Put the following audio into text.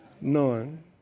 none